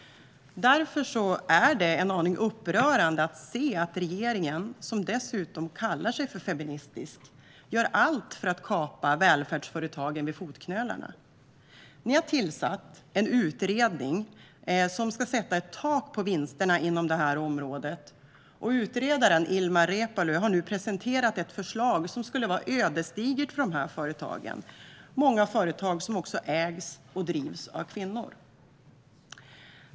Därför är det en aning upprörande att se att regeringen, som dessutom kallar sig för feministisk, gör allt för att kapa välfärdsföretagen vid fotknölarna. Ni har tillsatt en utredning som ska sätta ett tak på vinsterna inom det här området. Utredaren Ilmar Reepalu har nu presenterat ett förslag som skulle vara ödesdigert för dessa företag, många företag som också ägs och drivs av kvinnor.